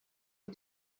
est